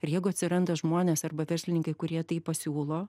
ir jeigu atsiranda žmonės arba verslininkai kurie taip pasiūlo